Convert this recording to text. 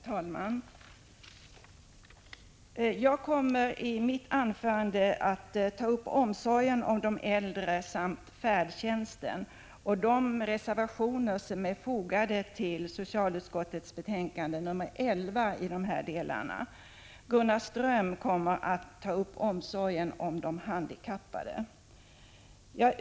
Herr talman! Jag kommer i mitt anförande att ta upp omsorgen om de äldre samt färdtjänsten och de reservationer som är fogade till socialutskottets betänkande 11 i dessa delar. Gunnar Ström kommer att ta upp omsorgen om de handikappade.